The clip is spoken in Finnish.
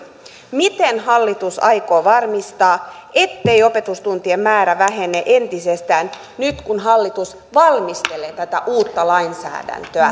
miten hallitus aikoo varmistaa ettei opetustuntien määrä vähene entisestään nyt kun hallitus valmistelee tätä uutta lainsäädäntöä